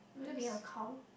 being a cow